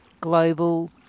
global